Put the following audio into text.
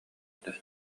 этэ